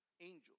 angels